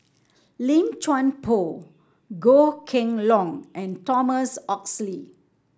Lim Chuan Poh Goh Kheng Long and Thomas Oxley